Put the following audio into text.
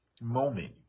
moment